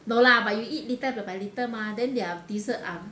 no lah but you eat little by little mah then their dessert um